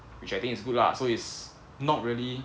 which I think it's good lah so is not really